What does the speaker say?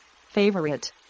Favorite